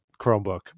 Chromebook